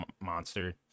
Monster